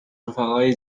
رفقای